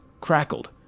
crackled